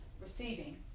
receiving